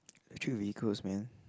actual vehicles man